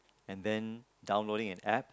and then downloading an App